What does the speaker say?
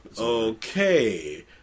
Okay